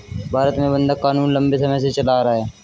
भारत में बंधक क़ानून लम्बे समय से चला आ रहा है